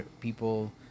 people